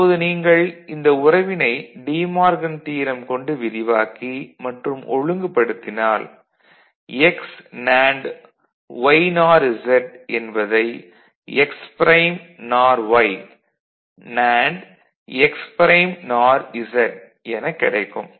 இப்போது நீங்கள் இந்த உறவினை டீ மார்கன் தியரம் கொண்டு விரிவாக்கி மற்றும் ஒழுங்குபடுத்தினால் x nand y nor z என்பதை x prime nor y nand x prime nor z எனக் கிடைக்கும்